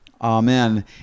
amen